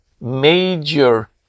major